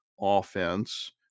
offense